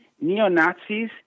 neo-Nazis